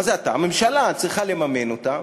מה זה "אתה" הממשלה צריכה לממן אותן,